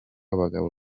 abagabo